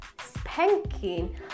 Spanking